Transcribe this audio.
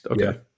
okay